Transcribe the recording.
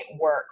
work